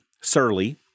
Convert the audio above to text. surly